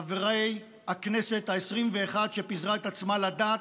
חברי הכנסת העשרים-ואחת, שפיזרה את עצמה לדעת,